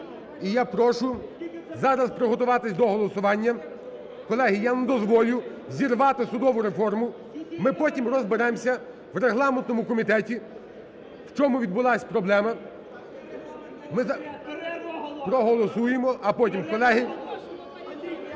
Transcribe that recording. І я прошу зараз приготуватись до голосування. Колеги, я не дозволю зірвати судову реформу. Ми потім розберемося в регламентному комітеті, в чому відбулась проблема. Ми за… (Шум у залі) Проголосуємо, а потім, колеги…